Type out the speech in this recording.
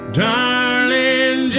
darling